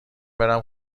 برم